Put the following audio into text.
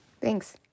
Thanks